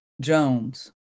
Jones